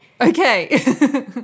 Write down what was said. Okay